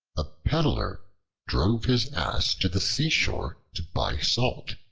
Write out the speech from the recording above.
a peddler drove his ass to the seashore to buy salt.